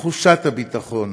בתחושת הביטחון.